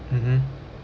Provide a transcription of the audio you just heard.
mmhmm